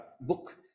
book